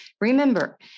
Remember